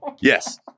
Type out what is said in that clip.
Yes